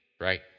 right